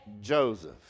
Joseph